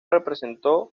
representó